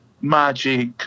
magic